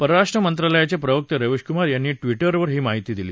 परराष्ट्र मंत्रालयाचे प्रवक्ते रवीश कुमार यांनी ट्विटरवर ही माहिती दिली